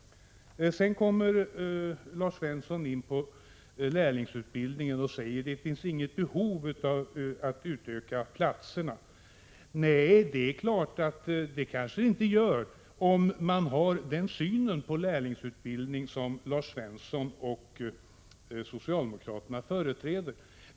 Sedan kommer Lars Svensson in på lärlingsutbildningen och säger att det inte finns något behov av att utöka antalet platser. Nej, det är klart att det inte gör, om man har Lars Svenssons och andra socialdemokraters syn på lärlingsutbildning.